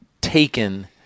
taken